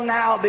now